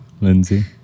Lindsay